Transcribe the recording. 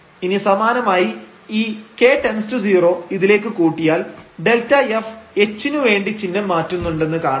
ഇനി സമാനമായി ഈ k→0 ഇതിലേക്ക് കൂട്ടിയാൽ Δf h നു വേണ്ടി ചിഹ്നം മാറ്റുന്നുണ്ടെന്ന് കാണാം